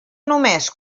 només